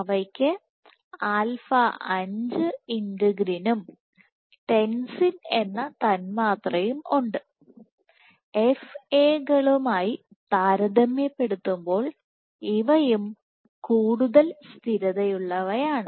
അവയ്ക്ക് ആൽഫ 5 ഇന്റഗ്രിനുംα 5 Integrin tensin എന്ന തന്മാത്രയും ഉണ്ട് F A കളുമായി താരതമ്യപ്പെടുത്തുമ്പോൾ ഇവയും കൂടുതൽ സ്ഥിരതയുള്ളവയാണ്